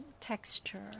texture